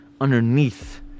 underneath